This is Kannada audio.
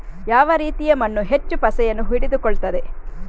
ಯಾವ ರೀತಿಯ ಮಣ್ಣು ಹೆಚ್ಚು ಪಸೆಯನ್ನು ಹಿಡಿದುಕೊಳ್ತದೆ?